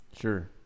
Sure